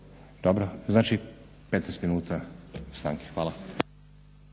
Dobro. Znači 15 minuta stanke.